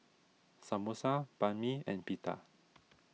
Samosa Banh Mi and Pita